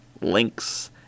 links